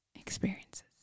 experiences